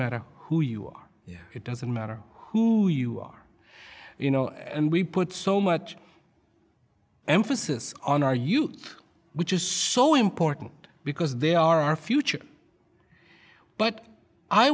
matter who you are it doesn't matter who you are you know and we put so much emphasis on our youth which is so important because they are our future but i